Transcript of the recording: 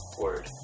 Word